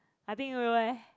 I think will leh